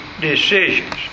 decisions